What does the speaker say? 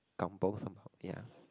Kampung semba~